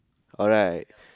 correct